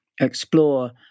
explore